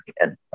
again